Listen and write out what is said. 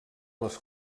les